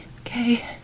Okay